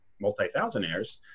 multi-thousandaires